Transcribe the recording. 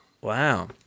Wow